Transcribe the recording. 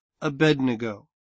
Abednego